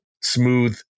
smooth